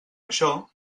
això